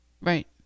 Right